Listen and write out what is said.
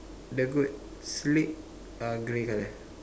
the goat's leg are grey colour